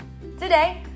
Today